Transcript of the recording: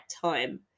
time